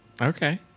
Okay